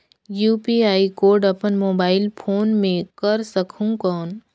UPI code अपन mobile phone मे कर सकहुं कौन?